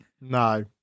No